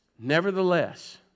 Nevertheless